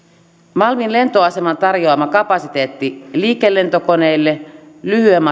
malmin lentoaseman tarjoama kapasiteetti liikelentokoneille lyhyen